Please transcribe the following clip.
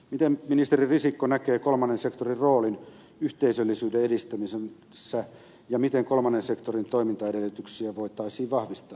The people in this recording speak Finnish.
miten ministeri risikko näkee kolmannen sektorin roolin yhteisöllisyyden edistämisessä ja miten kolmannen sektorin toimintaedellytyksiä voitaisiin vahvistaa tällä saralla